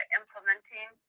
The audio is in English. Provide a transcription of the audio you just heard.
implementing